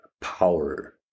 power